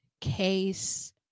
case